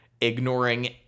ignoring